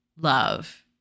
love